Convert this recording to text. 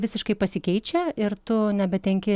visiškai pasikeičia ir tu nebetenki